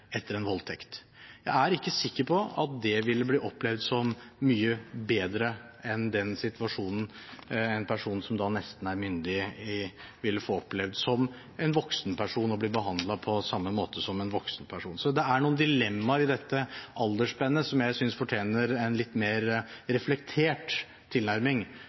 etter en voldtekt. Jeg er ikke sikker på at dét ville bli opplevd som så mye bedre enn den situasjonen en person som da nesten er myndig, ville oppleve, som å bli behandlet på samme måte som en voksen person. Så det er noen dilemmaer i dette aldersspennet som jeg synes fortjener en litt mer reflektert tilnærming